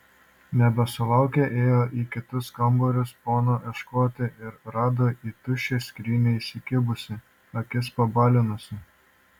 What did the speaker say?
nebesulaukę ėjo į kitus kambarius pono ieškoti ir rado į tuščią skrynią įsikibusį akis pabalinusį